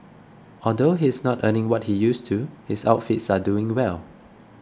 although he is not earning what he used to his outfits are doing well